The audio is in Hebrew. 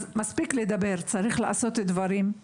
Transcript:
אז מספיק לדבר, צריך לעשות דברים.